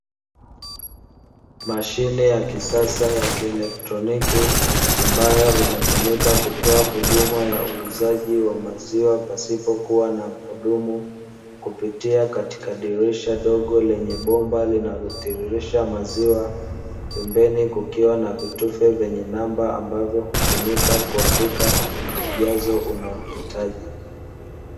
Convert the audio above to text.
Mashine ya kisasa ya kielektroniki ambayo inatumika kutoka huduma ya uuzaji wa maziwa pasipo kuwa na mhudumu, kupitia katika dirisha dogo lenye bomba linalotiririsha maziwa pembeni kukiwa na vitufe venye namba ambavyo hutumika kuandika ujazo unaohitaji.